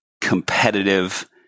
competitive